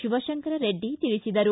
ಶಿವಶಂಕರರೆಡ್ಡಿ ತಿಳಿಸಿದರು